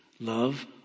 love